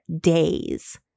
days